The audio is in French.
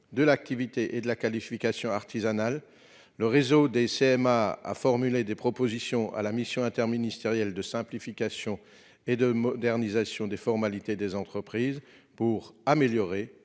de l'activité et de la qualification artisanales ? Le réseau des CMA a formulé des propositions à la mission interministérielle relative à la simplification et à la modernisation des formalités des entreprises et de